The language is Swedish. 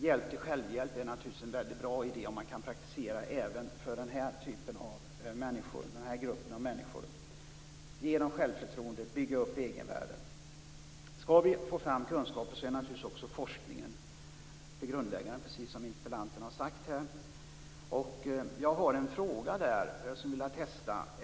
Hjälp till självhjälp är naturligtvis en väldigt bra idé som man kan praktisera även för den här gruppen av människor, att ge dem självförtroende och att bygga upp egenvärdet. Skall vi få fram kunskaper är naturligtvis också forskningen grundläggande, precis som interpellanten har sagt. Jag har där en fråga som jag skulle vilja testa.